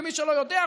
למי שלא יודע,